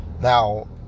now